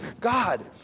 God